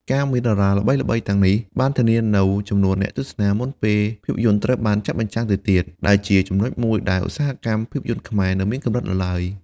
ការមានតារាល្បីៗទាំងនេះបានធានានូវចំនួនអ្នកទស្សនាមុនពេលភាពយន្តត្រូវបានចាក់បញ្ចាំងទៅទៀត ដែលជាចំណុចមួយដែលឧស្សាហកម្មភាពយន្តខ្មែរនៅមានកម្រិតនៅឡើយ។